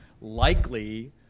likely